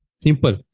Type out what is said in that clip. Simple